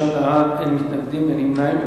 שישה בעד, אין מתנגדים, אין נמנעים.